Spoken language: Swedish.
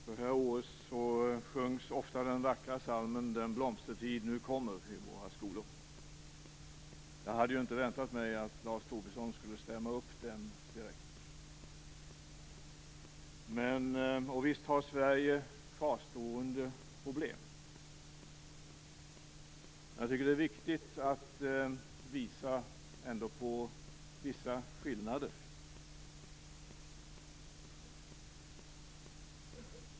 Fru talman! Så här års sjungs ofta den vackra psalmen Den blomstertid nu kommer i våra skolor. Jag hade inte direkt väntat mig att Lars Tobisson skulle stämma upp den. Visst har Sverige kvarstående problem. Det är ändå viktigt att visa på vissa skillnader.